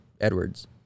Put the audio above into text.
Edwards